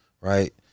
Right